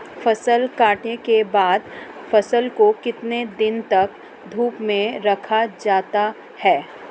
फसल कटाई के बाद फ़सल को कितने दिन तक धूप में रखा जाता है?